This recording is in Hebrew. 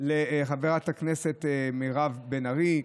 לחברת הכנסת מירב בן ארי.